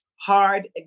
hard